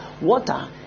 Water